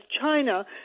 China